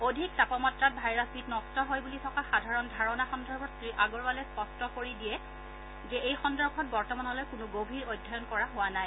অধিক তাপমাত্ৰাত ভাইৰাছবিধ নষ্ট হয় বুলি থকা সাধাৰণ ধাৰণা সন্দৰ্ভত শ্ৰী আগৰৱালে স্পষ্ট কৰি দিয়ে যে এই সন্দৰ্ভত বৰ্তমানলৈ কোনো গভীৰ অধ্যয়ন কৰা হোৱা নাই